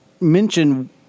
mention